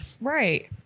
right